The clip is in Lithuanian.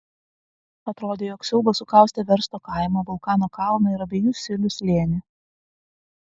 atrodė jog siaubas sukaustė versto kaimą vulkano kalną ir abiejų silių slėnį